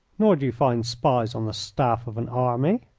nor do you find spies on the staff of an army.